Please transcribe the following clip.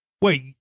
Wait